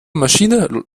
maschine